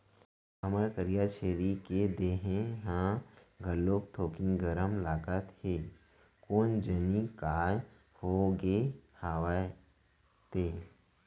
हमर करिया छेरी के देहे ह घलोक थोकिन गरम लागत हे कोन जनी काय होगे हवय ते?